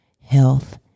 health